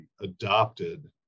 adopted